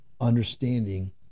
understanding